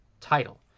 title